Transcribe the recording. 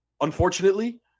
unfortunately